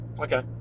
okay